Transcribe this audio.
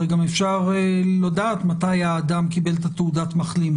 הרי גם אפשר לדעת מתי האדם קיבל את תעודת המחלים,